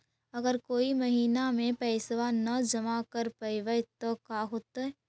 अगर कोई महिना मे पैसबा न जमा कर पईबै त का होतै?